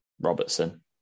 Robertson